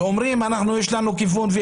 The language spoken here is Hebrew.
ואומרות: יש לנו כיוון.